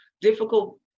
difficult